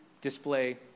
display